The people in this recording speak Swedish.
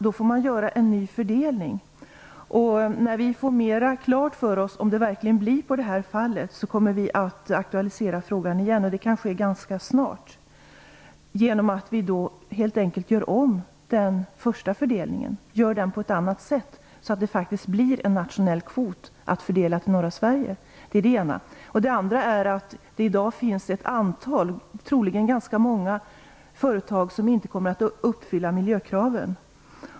Då måste man göra en ny fördelning. När vi får mer klart för oss om det verkligen blir på det här sättet kommer vi att aktualisera frågan igen. Det kan ske ganska snart. Då gör vi helt enkelt om den första fördelningen. Vi gör den på ett annat sätt, så att det faktiskt blir en nationell kvot att fördela till norra Sverige. Det är det ena. Det andra är att det i dag finns ett antal, troligen ganska många, företag som inte kommer att uppfylla miljökraven.